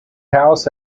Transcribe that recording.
house